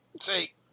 See